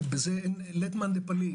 ואין בזה ספק,